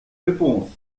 réponse